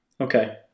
Okay